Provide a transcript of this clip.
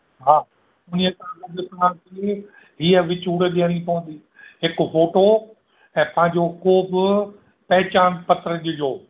हा हुन सां गॾु तव्हांखे हीअं विचूर ॾियणी पवंदी हिकु फोटो ऐं पंहिंजो को बि पहचान पत्रु ॾिजो